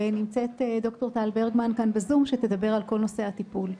ונמצאת ד"ר טל ברגמן בזום שתדבר על כל נושא הטיפול.